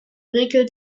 regel